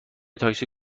تاکسی